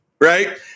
right